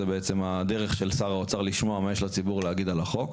שזה בעצם הדרך של השר האוצר לשמוע מה יש לציבור להגיד על החוק.